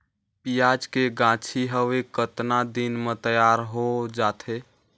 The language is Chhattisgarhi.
पियाज के गाछी हवे कतना दिन म तैयार हों जा थे?